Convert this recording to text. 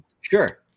Sure